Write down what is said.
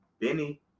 Benny